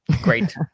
great